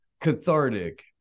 cathartic